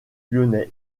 lyonnais